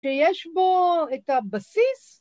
‫כי יש בו את הבסיס.